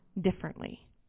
differently